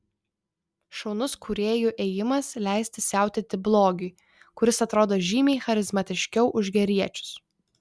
šaunus kūrėjų ėjimas leisti siautėti blogiui kuris atrodo žymiai charizmatiškiau už geriečius